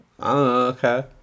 okay